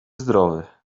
zdrowy